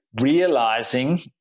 realizing